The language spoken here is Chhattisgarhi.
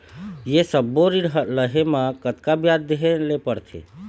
ये सब्बो ऋण लहे मा कतका ब्याज देहें ले पड़ते?